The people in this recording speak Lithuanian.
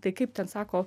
tai kaip ten sako